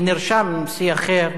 ונרשם שיא אחר,